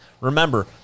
Remember